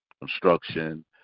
construction